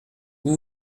vous